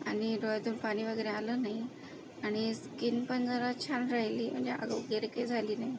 आणि डोळ्यातून पाणी वगैरे आलं नाही आणि स्किन पण जरा छान राहिली म्हणजे आग वगैरे काय झाली नाही